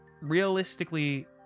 realistically